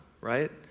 right